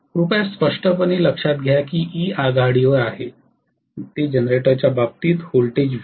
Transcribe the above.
कृपया स्पष्टपणे लक्षात घ्या की E आघाडीवर आहे ते जनरेटरच्या बाबतीत व्होल्टेज व्ही